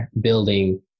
building